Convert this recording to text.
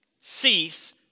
cease